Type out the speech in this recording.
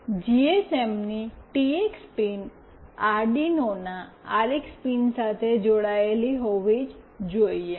જીએસએમની TX pin Arduino ના RX pin સાથે જોડાયેલ હોવો જ જોઇએ